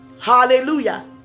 Hallelujah